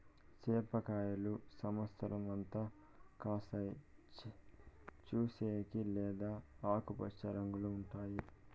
సేప కాయలు సమత్సరం అంతా కాస్తాయి, చూసేకి లేత ఆకుపచ్చ రంగులో ఉంటాయి